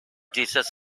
jesus